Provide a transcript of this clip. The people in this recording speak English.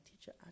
teacher